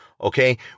Okay